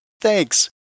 Thanks